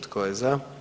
Tko je za?